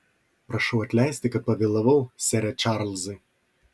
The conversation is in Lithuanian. prašau atleisti kad pavėlavau sere čarlzai